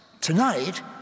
Tonight